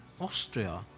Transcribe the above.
Austria